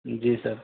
جی سر